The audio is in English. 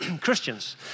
Christians